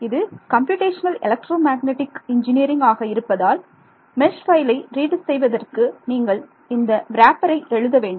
இது computational electromagnetic engineering ஆக இருப்பதால் மெஷ் பைலை ரீட் செய்வதற்கு நீங்கள் இந்த வ்ரேப்பரை எழுத வேண்டும்